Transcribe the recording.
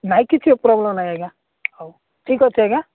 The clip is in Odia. ନାଇଁ କିଛି ପ୍ରୋବ୍ଲେମ୍ ନାହିଁ ଆଜ୍ଞା ହଉ ଠିକ୍ ଅଛି ଆଜ୍ଞା